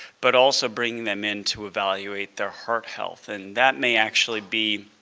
but also bringing them in to evaluate their heart health. and that may actually be